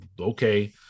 Okay